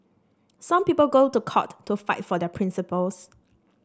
some people go to court to fight for their principles